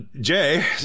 Jay